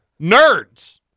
Nerds